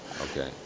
Okay